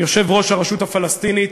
יושב-ראש הרשות הפלסטינית,